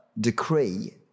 decree